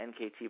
NKT